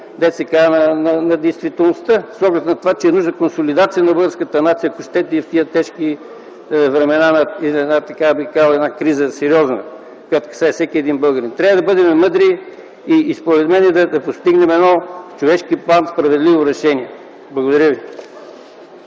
с оглед на действителността, с оглед на това, че е нужна консолидация на българската нация в тези тежки времена на сериозна криза, която касае всеки един българин. Трябва да бъдем мъдри и да постигнем в човешки план справедливо решение. Благодаря ви.